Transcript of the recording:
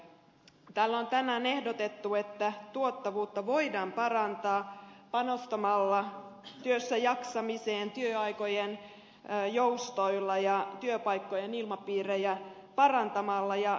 täällä on tänään ehdotettu että tuottavuutta voidaan parantaa panostamalla työssäjaksamiseen työaikojen joustoilla ja työpaikkojen ilmapiiriä parantamalla